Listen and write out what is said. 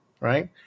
right